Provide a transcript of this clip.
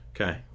Okay